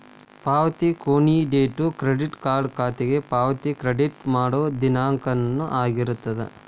ಪಾವತಿ ಕೊನಿ date credit card ಖಾತೆಗೆ ಪಾವತಿ ಕ್ರೆಡಿಟ್ ಮಾಡೋ ದಿನಾಂಕನ ಆಗಿರ್ತದ